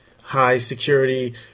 high-security